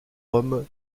hommes